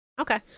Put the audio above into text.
Okay